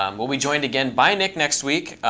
um we'll be joined again by nick next week.